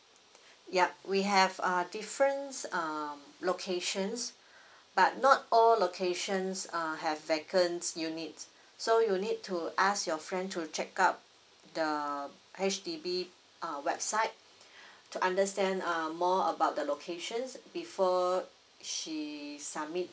yup we have err differents um locations but not all locations err have vacants units so you need to ask your friend to check out the H_D_B uh website to understand um more about the locations before she submit